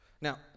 Now